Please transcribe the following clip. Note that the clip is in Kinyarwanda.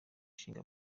ishinga